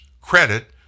credit